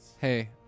Hey